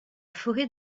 forêt